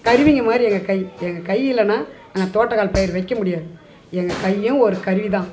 கருவிங்கள் மாதிரி எங்கள் கை எங்கள் கை இல்லைன்னா நாங்கள் தோட்டக்கால் பயிர் வைக்க முடியாது எங்கள் கையும் ஒரு கருவிதான்